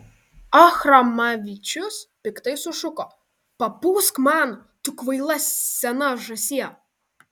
achramavičius piktai sušuko papūsk man tu kvaila sena žąsie